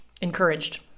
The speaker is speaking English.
encouraged